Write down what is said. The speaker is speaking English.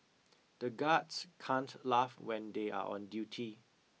the guards can't laugh when they are on duty